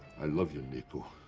i love you, nico.